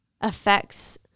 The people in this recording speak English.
affects